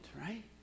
right